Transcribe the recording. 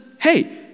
hey